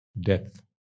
death